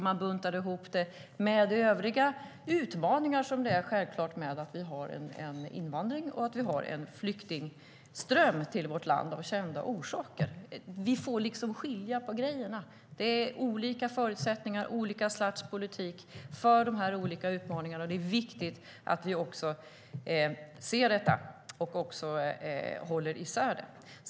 Man buntade ihop det med övriga utmaningar som självklart finns i och med att vi har en invandring och en flyktingström till vårt land, av kända orsaker. Vi får liksom skilja på grejerna. Det är olika förutsättningar och olika slags politik för de olika utmaningarna. Det är viktigt att vi ser detta och håller isär det.